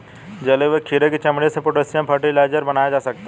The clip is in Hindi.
जले हुए खीरे की चमड़ी से पोटेशियम फ़र्टिलाइज़र बनाया जा सकता है